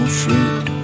fruit